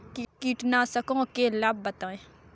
कीटनाशकों के लाभ बताएँ?